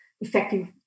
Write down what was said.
effective